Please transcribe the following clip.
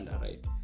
right